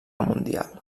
mundial